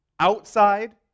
Outside